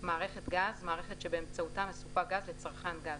"מערכת גז" מערכת שבאמצעותה מסופק גז לצרכן גז,